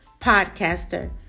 podcaster